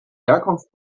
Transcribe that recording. herkunft